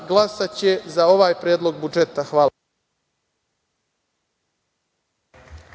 glasaće za ovaj predlog budžeta. Hvala.